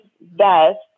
best